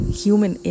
human